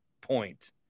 point